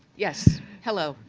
yes, hello.